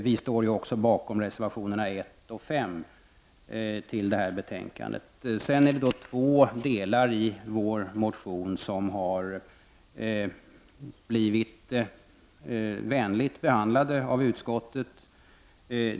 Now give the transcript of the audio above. Vi står också bakom reservationerna 1 och 5 till betänkandet. Två delar av vår motion har blivit vänligt behandlade av utskottet.